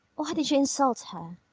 why did you insult her?